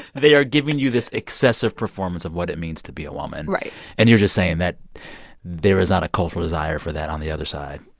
they are giving you this excessive performance of what it means to be a woman right and you're just saying that there is not a cultural desire for that on the other side.